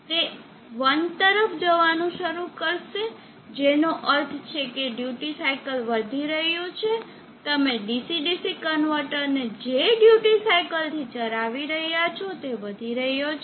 તે 1 તરફ જવાનું શરૂ કરશે જેનો અર્થ છે કે ડ્યુટી સાયકલ વધી રહ્યું છે તમે ડીસી ડીસી કન્વર્ટરને જે ડ્યુટી સાયકલ થી ચલાવી રહ્યા છો તે વધી રહ્યો છે